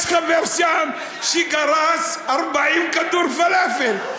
יש חבר שם שגרס 40 כדורי פלאפל.